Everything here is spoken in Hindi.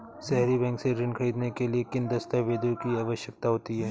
सहरी बैंक से ऋण ख़रीदने के लिए किन दस्तावेजों की आवश्यकता होती है?